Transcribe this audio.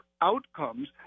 outcomes